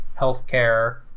healthcare